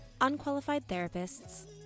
unqualifiedtherapists